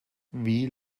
wie